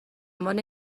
عنوان